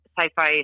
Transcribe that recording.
sci-fi